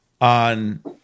on